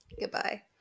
Goodbye